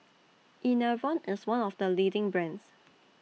Enervon IS one of The leading brands